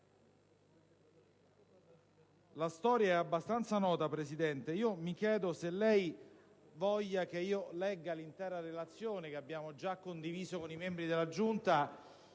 La storia è abbastanza nota, Presidente. *(Brusìo).* Mi chiedo se lei voglia che io legga l'intera relazione che abbiamo già condiviso con i membri della Giunta